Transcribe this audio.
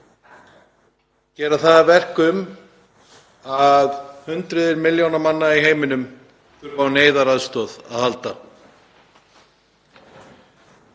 gera það að verkum að hundruð milljóna manna í heiminum þurfa á neyðaraðstoð að halda.